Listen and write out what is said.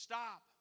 Stop